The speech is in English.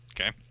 Okay